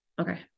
Okay